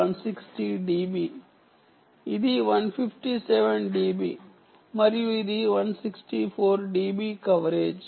ఇది 157 డిబి మరియు ఇది 164 డిబి కవరేజ్